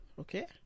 Okay